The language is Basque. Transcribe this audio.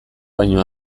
baino